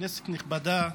כנסת נכבדה,